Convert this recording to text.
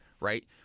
right